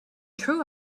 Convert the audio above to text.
true